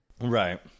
right